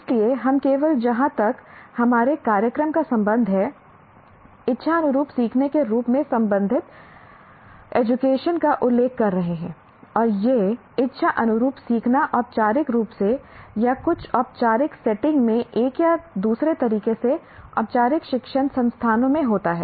इसलिए हम केवल जहाँ तक हमारे कार्यक्रम का संबंध है इच्छा अनुरूप सीखने के रूप में संबंधित एजुकेशन का उल्लेख कर रहे हैं और यह इच्छा अनुरूप सीखना औपचारिक रूप से या कुछ औपचारिक सेटिंग में एक या दूसरे तरीके से औपचारिक शिक्षण संस्थानों में होता है